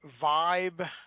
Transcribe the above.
Vibe